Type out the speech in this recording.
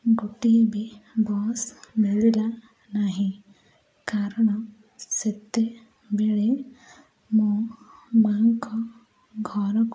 ଗୋଟିଏ ବି ବସ୍ ମିଳିଲା ନାହିଁ କାରଣ ସେତେବେଳେ ମୁଁ ମା'ଙ୍କ ଘରକୁ